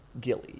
Gilly